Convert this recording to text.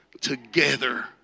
together